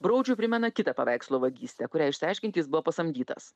broudžiui primena kitą paveikslo vagystę kurią išsiaiškinti jis buvo pasamdytas